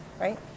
right